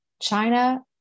China